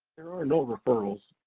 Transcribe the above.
there are no referrals,